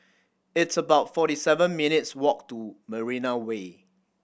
it's about forty seven minutes' walk to Marina Way